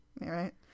right